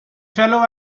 fellow